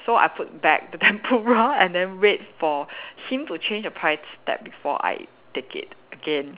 so I put back the tempura and then wait for him to change the price tag before I take it again